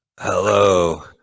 Hello